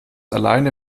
alleine